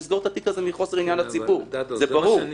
אני אומרת את